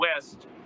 West